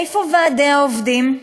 איפה ועדי העובדים?